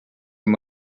amb